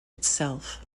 itself